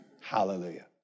Hallelujah